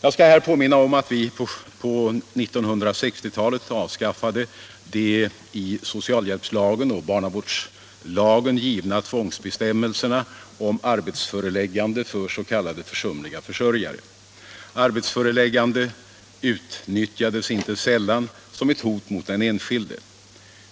Jag skall här påminna om att vi på 1960-talet avskaffade de i socialhjälpslagen och barnavårdslagen givna tvångsbestämmelserna om arbetsföreläggande för s.k. försumliga försörjare. Arbetsföreläggande utnyttjades inte sällan som ett hot mot den enskilde.